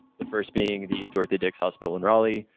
the first being the dortothea dix hospital in raleigh,